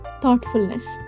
thoughtfulness